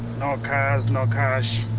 no cars, no cash!